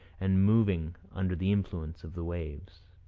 and moving under the influence of the waves